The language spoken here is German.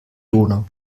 donau